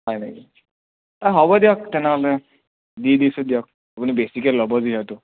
হয় নেকি হ'ব দিয়ক তেনেহ'লে দি দিছোঁ দিয়ক আপুনি বেছিকৈ ল'ব যিহেতু